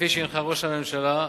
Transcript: כפי שהנחה ראש הממשלה,